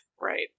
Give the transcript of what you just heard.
Right